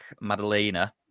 Madalena